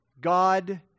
God